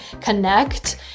connect